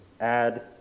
add